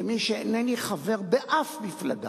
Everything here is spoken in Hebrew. שאיני חבר באף מפלגה,